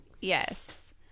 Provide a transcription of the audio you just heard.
Yes